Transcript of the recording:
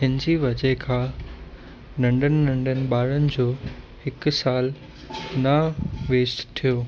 हिन जी वजह खां नंढनि नंढनि ॿारनि जो हिकु साल न वेस्ट थियो